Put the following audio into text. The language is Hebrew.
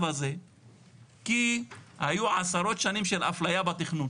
הזה כי היו עשרות שנים של אפליה בתכנון